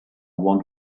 one